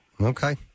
Okay